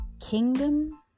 Kingdom